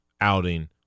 outing